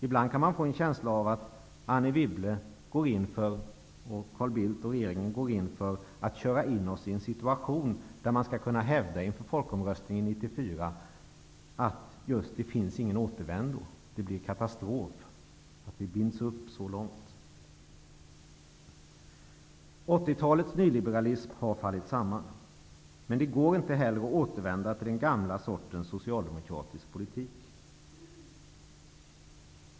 Ibland kan man få en känsla av att Anne Wibble och Carl Bildt, regeringen, går in för att köra in Sverige i en situation där det sedan inför folkomröstningen 1994 hävdas att det inte finns någon återvändo och att det blir katastrof. Så långt binds vi upp. 1980-talets nyliberalism har fallit samman. Det går emellertid inte heller att återvända till den gamla sortens socialdemokratiska politik.